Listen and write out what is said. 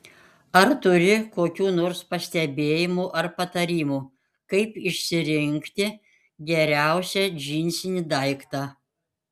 ar turi kokių nors pastebėjimų ar patarimų kaip išsirinkti geriausią džinsinį daiktą